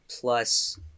plus